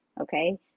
Okay